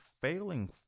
failing